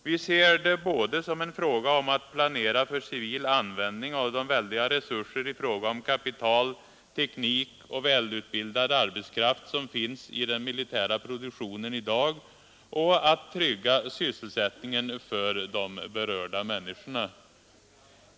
Vi ser det både som en fråga om att planera för civil användning av de väldiga resurser i fråga om kapital, teknik och välutbildad arbetskraft som finns i den militära produktionen i dag och att trygga sysselsättningen för de berörda människorna.